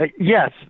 Yes